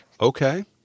Okay